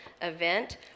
event